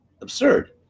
absurd